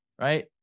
right